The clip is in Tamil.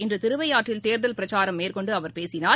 இன்றுதிருவையாறில் தேர்தல் பிரச்சாரம் மேற்கொண்டுஅவர் பேசினார்